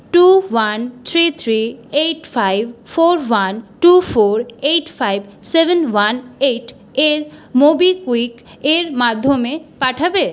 two one three three eight five four one two four eight five seven one eight এর MobiKwik এর মাধ্যমে পাঠাবে